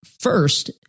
First